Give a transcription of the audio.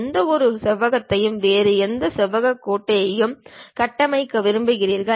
எந்தவொரு சதுரத்தையும் வேறு எந்த செவ்வக கோட்டையும் கட்டமைக்க விரும்புகிறீர்கள்